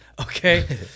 okay